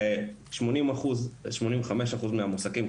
שמונים חמש אחוז מהמועסקים,